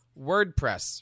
WordPress